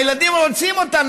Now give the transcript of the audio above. הילדים רוצים אותנו,